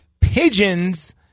pigeons